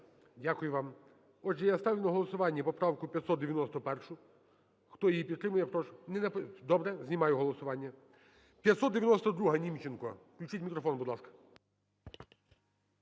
Дякую вам. Отже, я ставлю на голосування поправку 591. Хто її підтримує, прошу… Добре. Знімаю голосування. 592-а,Німченко. Включіть мікрофон, будь ласка.